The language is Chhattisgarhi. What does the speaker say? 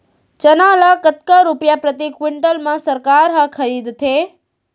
चना ल कतका रुपिया प्रति क्विंटल म सरकार ह खरीदथे?